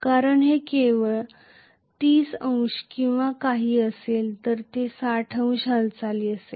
कारण हे केवळ 30 अंश किंवा काही असेल तर ते 60 अंश हालचाल असेल